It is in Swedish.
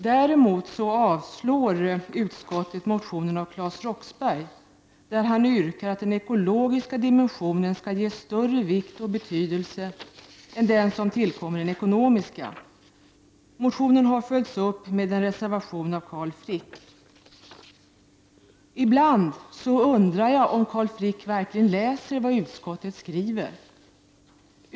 Däremot avstyrker utskottet motionen av Claes Roxbergh, i vilken han yrkar att den ekologiska dimensionen skall ges större vikt och betydelse än den som tillkommer den ekonomiska. Motionen har följts upp med en reservation av Carl Frick. Ibland undrar jag om Carl Frick verkligen läser vad utskottet skriver.